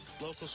local